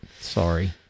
sorry